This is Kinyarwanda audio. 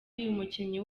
umukinnyi